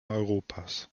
europas